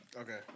Okay